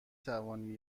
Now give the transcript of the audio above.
توانی